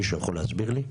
מישהו יכול להסביר לי?